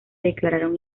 declararon